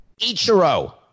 Ichiro